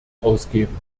ausgeben